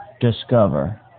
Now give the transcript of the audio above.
Discover